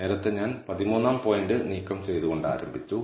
നേരത്തെ ഞാൻ 13 ാം പോയിന്റ് നീക്കം ചെയ്തുകൊണ്ട് ആരംഭിച്ചു